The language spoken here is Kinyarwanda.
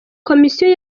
komisiyo